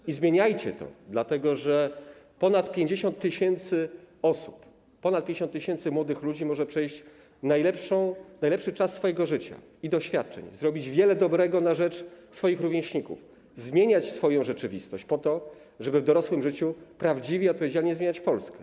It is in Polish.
I zmieniajcie to, dlatego że ponad 50 tys. osób, ponad 50 tys. młodych ludzi może mieć najlepszy czas swojego życia i doświadczeń, zrobić wiele dobrego na rzecz swoich rówieśników, zmieniać swoją rzeczywistość po to, żeby w dorosłym życiu prawdziwie i odpowiedzialnie zmieniać Polskę.